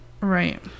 Right